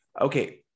okay